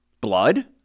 Blood